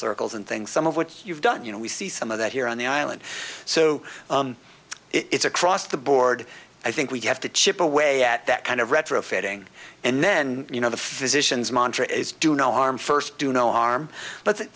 circles and things some of what you've done you know we see some of that here on the island so it's across the board i think we have to chip away at that kind of retrofitting and then you know the physicians mantra is do no harm first do no harm but